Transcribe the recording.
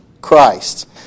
Christ